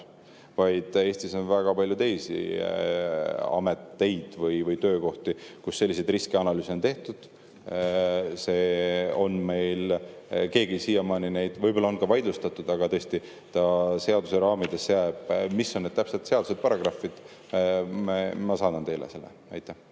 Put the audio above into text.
Eestis on väga palju teisi ameteid või töökohti, kus selliseid riskianalüüse on tehtud. Seda ei ole meil keegi siiamaani … Või võib-olla on ka vaidlustatud, aga tõesti see seaduse raamidesse jääb. Mis on need täpsed seaduse paragrahvid, ma saadan teile selle [info].